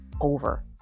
over